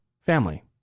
family